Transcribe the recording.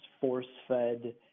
force-fed